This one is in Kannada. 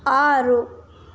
ಆರು